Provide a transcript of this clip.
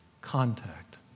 Contact